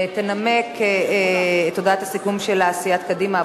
ינמקו את הודעת הסיכום שלהן סיעות קדימה,